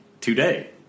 today